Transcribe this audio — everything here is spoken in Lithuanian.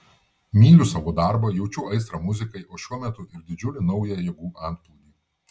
myliu savo darbą jaučiu aistrą muzikai o šiuo metu ir didžiulį naują jėgų antplūdį